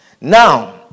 Now